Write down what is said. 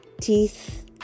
teeth